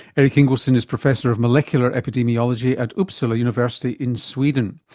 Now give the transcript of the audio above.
erik ingelsson is professor of molecular epidemiology at uppsala university in sweden.